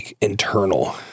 internal